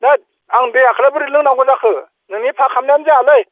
होद आं दैआखोलाय बोरै लोंनांगौ जाखो नोंनि फा खालामनायानो जायालै